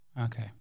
Okay